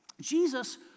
Jesus